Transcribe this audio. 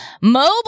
Mobile